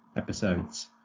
episodes